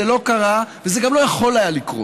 זה לא קרה, וזה גם לא יכול היה לקרות.